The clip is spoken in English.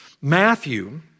Matthew